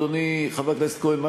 אדוני חבר הכנסת כהן,